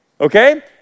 okay